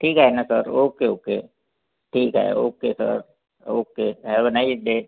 ठीक आहे ना सर ओके ओके ठीक आहे okay sir okay have a nice day